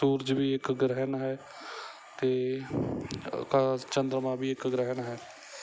ਸੂਰਜ ਵੀ ਇੱਕ ਗ੍ਰਹਿਣ ਹੈ ਅਤੇ ਅਕਾਸ਼ ਚੰਦਰਮਾ ਵੀ ਇੱਕ ਗ੍ਰਹਿਣ ਹੈ